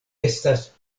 estas